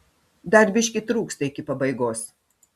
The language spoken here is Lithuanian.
dar biškį trūksta iki pabaigos